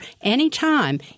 anytime